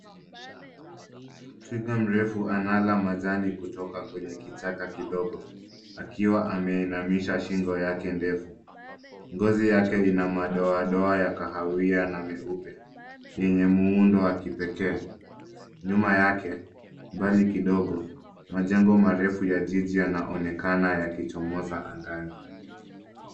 Twiga mrefu anala majani kutoka kwenye kichaka kidogo akiwa ameinamisha shingo yake ndefu. Ngozi yake ina madoadoa ya kahawia na meupe yenye muundo wa kipekee. Nyuma yake mbali kidogo majengo marefu ya jiji yanaonekana yakichomoza angani.